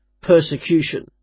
persecution